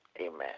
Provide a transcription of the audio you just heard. Amen